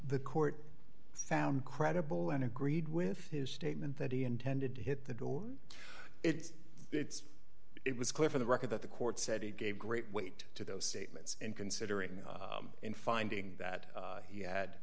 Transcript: the court found credible and agreed with his statement that he intended to hit the door it's it's it was clear from the record that the court said he gave great weight to those statements and considering the in finding that he had